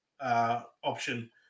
option